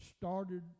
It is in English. started